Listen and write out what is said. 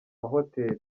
mahoteli